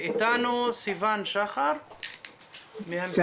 איתנו סיוון שחר מהמשרד